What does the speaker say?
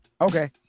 Okay